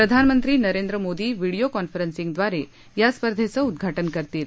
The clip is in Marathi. प्रधानमंत्री नरेंद्र मोदी व्हिडीओ कॉन्फरन्सिग द्वारे या स्पर्धेचं उद्घाटन करतील